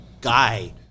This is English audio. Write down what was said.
guy